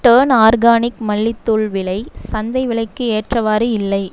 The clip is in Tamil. டர்ன் ஆர்கானிக் மல்லித்தூள் விலை சந்தை விலைக்கு ஏற்றவாறு இல்லை